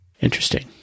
Interesting